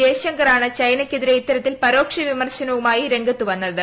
ജയശങ്കറാണ് ചൈനയ്ക്കെതിരെ ഇത്തരത്തിൽ പരോക്ഷ വിമർശനവുമായി രംഗത്തു വന്നത്